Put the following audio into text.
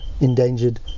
endangered